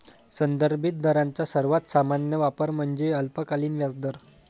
संदर्भित दरांचा सर्वात सामान्य वापर म्हणजे अल्पकालीन व्याजदर